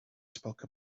spoke